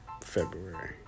February